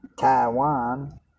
Taiwan